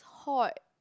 hot